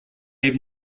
have